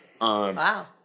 Wow